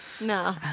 No